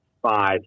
five